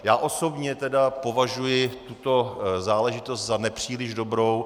Já osobně považuji tuto záležitost za nepříliš dobrou.